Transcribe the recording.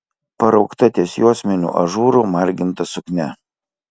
paraukta ties juosmeniu ažūru marginta suknia